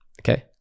okay